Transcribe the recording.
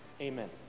Amen